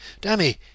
Dammy